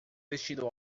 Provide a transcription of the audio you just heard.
vestindo